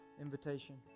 invitation